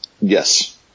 Yes